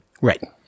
Right